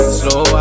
slow